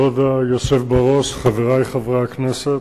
כבוד היושב בראש, חברי חברי הכנסת,